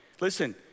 Listen